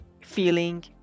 feeling